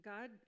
God